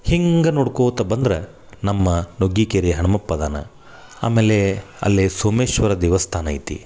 ಹಿಂಗೆ ನೋಡ್ಕೋತ ಬಂದ್ರೆ ನಮ್ಮ ನುಗ್ಗಿಕೇರಿ ಹನುಮಪ್ಪ ಅದಾನ ಆಮೇಲೆ ಅಲ್ಲಿ ಸೋಮೇಶ್ವರ ದೇವಸ್ಥಾನ ಐತಿ